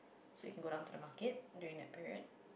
so if go out to the market during that period